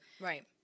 Right